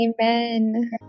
Amen